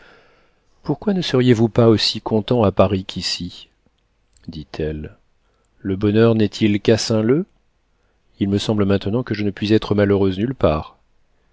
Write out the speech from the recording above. pourquoi ne seriez-vous pas aussi content à paris qu'ici dit-elle le bonheur n'est-il qu'à saint-leu il me semble maintenant que je ne puis être malheureuse nulle part